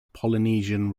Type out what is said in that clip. polynesian